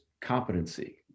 competency